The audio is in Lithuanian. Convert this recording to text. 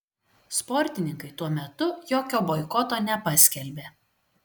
sportininkai tuo metu jokio boikoto nepaskelbė